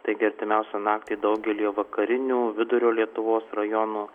taigi artimiausią naktį daugelyje vakarinių vidurio lietuvos rajonų